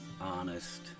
honest